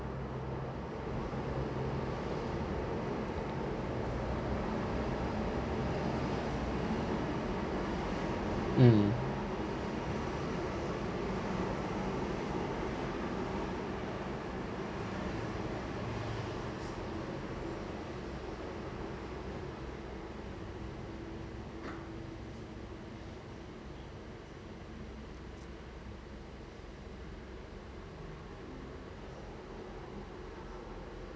mm